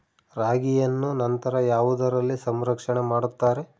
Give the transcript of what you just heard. ರಾಗಿಯನ್ನು ನಂತರ ಯಾವುದರಲ್ಲಿ ಸಂರಕ್ಷಣೆ ಮಾಡುತ್ತಾರೆ?